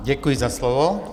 Děkuji za slovo.